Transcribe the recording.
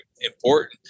important